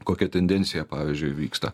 kokia tendencija pavyzdžiui vyksta